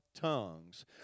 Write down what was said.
Tongues